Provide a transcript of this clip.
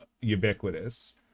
ubiquitous